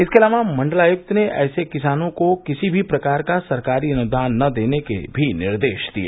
इसके अलावा मंडलायुक्त ने ऐसे किसानों को किसी भी प्रकार का सरकारी अनुदान न देने के भी निर्देश दिए